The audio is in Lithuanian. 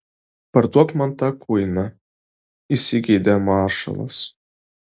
parduok man tą kuiną įsigeidė maršalas